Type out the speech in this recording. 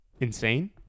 insane